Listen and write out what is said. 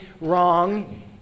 wrong